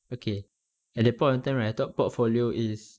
okay at that point of time right I thought portfolio is